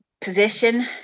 position